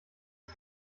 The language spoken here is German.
ist